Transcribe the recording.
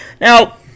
Now